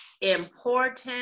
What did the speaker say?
important